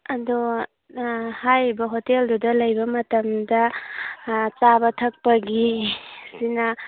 ꯑꯗꯣ ꯍꯥꯏꯔꯤꯕ ꯍꯣꯇꯦꯜꯗꯨꯗ ꯂꯩꯕ ꯃꯇꯝꯗ ꯆꯥꯕ ꯊꯛꯄꯒꯤ ꯁꯤꯅ